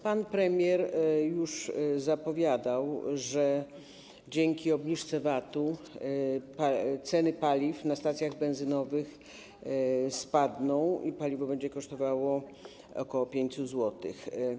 Pan premier już zapowiadał, że dzięki obniżce VAT-u ceny paliw na stacjach benzynowych spadną i paliwo będzie kosztowało ok. 5 zł.